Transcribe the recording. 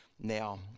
Now